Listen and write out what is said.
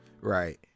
right